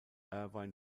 irvine